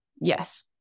Yes